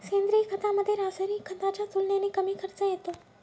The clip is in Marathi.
सेंद्रिय खतामध्ये, रासायनिक खताच्या तुलनेने कमी खर्च येतो